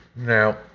Now